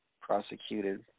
prosecuted